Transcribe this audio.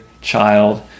child